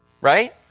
right